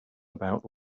about